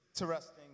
Interesting